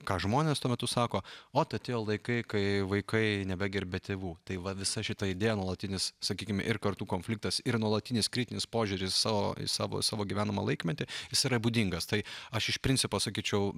ką žmonės tuo metu sako ot atėjo laikai kai vaikai nebegerbia tėvų tai va visa šita idėja nuolatinis sakykim ir kartų konfliktas ir nuolatinis kritinis požiūris į savo į savo į savo gyvenamą laikmetį jis yra būdingas tai aš iš principo sakyčiau